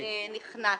נכנעתי.